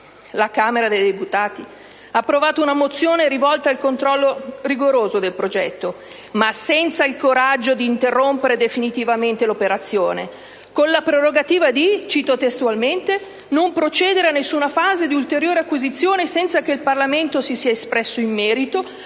la Camera dei deputati ha approvato una mozione rivolta al controllo rigoroso del progetto, ma senza il coraggio di interrompere definitivamente l'operazione con la prerogative di «non procedere a nessuna fase di ulteriore acquisizione senza che il Parlamento si sia espresso nel merito,